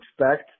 expect